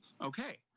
Okay